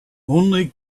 only